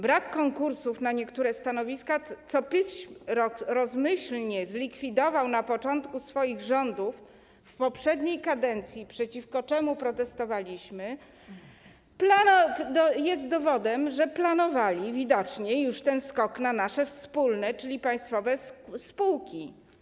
Brak konkursów na niektóre stanowiska, które PiS rozmyślnie zlikwidował na początku swoich rządów, w poprzedniej kadencji, przeciwko czemu protestowaliśmy, jest dowodem na to, że widocznie już planowano ten skok na nasze wspólne, czyli państwowe spółki.